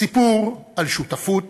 סיפור על שותפות